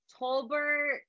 Tolbert